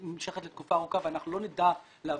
היא נמשכת לתקופה ארוכה ואנחנו לא נדע להבטיח